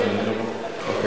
בסדר גמור, בהחלט.